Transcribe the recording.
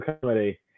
comedy